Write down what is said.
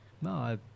No